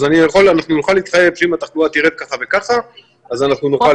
אז אנחנו נוכל להתחייב שאם התחלואה תרד ככה וככה אז אנחנו נוכל לפתוח.